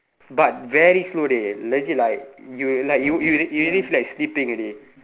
but very slow leh legit like you like you you you really like sleeping already